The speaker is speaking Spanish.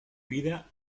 vida